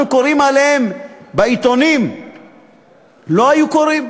קוראים עליהם בעיתונים לא היו קורים,